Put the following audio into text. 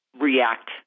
react